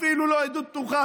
אפילו לא עדות פתוחה.